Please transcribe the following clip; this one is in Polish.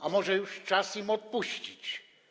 A może już czas im odpuścić?